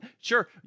Sure